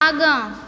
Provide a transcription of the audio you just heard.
आगाँ